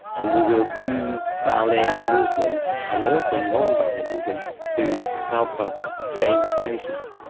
and we will use ballet movements and also non-ballet movements to help us train these patients.